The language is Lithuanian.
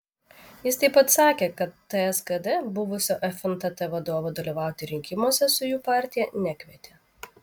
jis taip pat sakė kad ts kd buvusio fntt vadovo dalyvauti rinkimuose su jų partija nekvietė